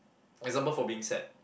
example for being sad